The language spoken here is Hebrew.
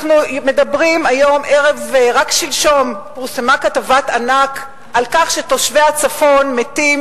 רק שלשום פורסמה כתבת ענק על כך שתושבי הצפון מתים